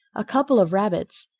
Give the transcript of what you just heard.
a couple of rabbits,